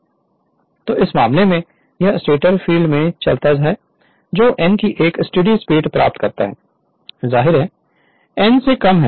तो इस मामले में यह स्टेटर फ़ील्ड में चलता है जो n की एक स्टेडी स्पीड प्राप्त करता है जाहिर है n n से कम है